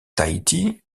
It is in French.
tahiti